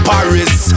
Paris